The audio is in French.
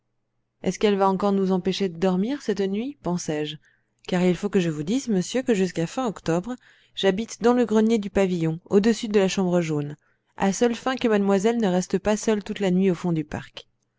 est-ce qu'elle va encore nous empêcher de dormir cette nuit pensai-je car il faut que je vous dise monsieur que jusqu'à fin octobre j'habite dans le grenier du pavillon au-dessus de la chambre jaune à seule fin que mademoiselle ne reste pas seule toute la nuit au fond du parc